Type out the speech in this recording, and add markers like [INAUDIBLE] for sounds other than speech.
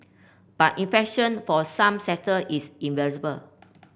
but inflation for some sector is [UNINTELLIGIBLE]